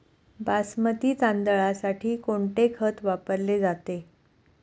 बासमती तांदळासाठी कोणते खत वापरले जाते?